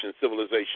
civilization